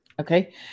Okay